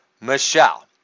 Michelle